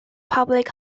public